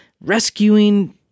rescuing